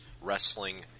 Wrestling